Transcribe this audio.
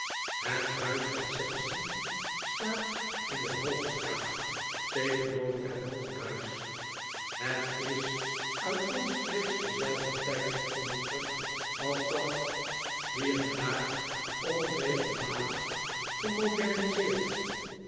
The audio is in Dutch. het huis van sapsea staat in de hoogstraat tegenover het nonnenhuis het is uit omstreeks denzelfden tyd afkomstig als dat hier en daar onregelmatig gemoderniseerd